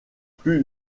plus